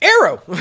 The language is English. Arrow